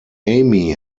amy